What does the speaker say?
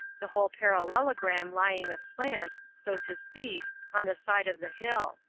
the whole parallelogram lying aslant, so to speak, on the side of the hill.